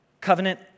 Covenant